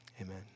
amen